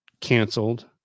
canceled